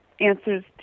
answers